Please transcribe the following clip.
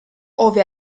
ove